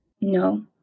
No